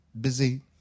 busy